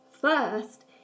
first